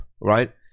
right